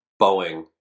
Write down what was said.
Boeing